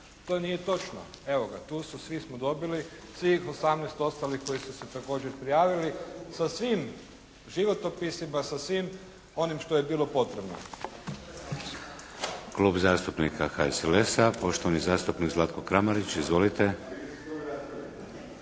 To nije točno. Evo ga, tu su, svi smo dobili svih 18 ostalih koji su se također prijavili sa svim životopisima, sa svim onim što je bilo potrebno.